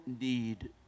need